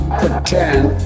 pretend